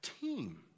team